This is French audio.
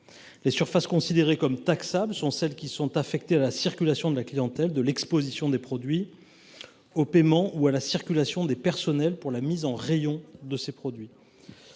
Les surfaces considérées comme taxables sont celles qui sont affectées à la circulation de la clientèle, à l’exposition des produits, au paiement ou à la circulation des personnels pour la mise en rayon desdits produits.